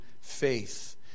faith